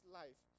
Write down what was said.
life